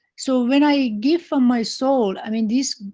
so when i give from my soul, i mean this.